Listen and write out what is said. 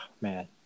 man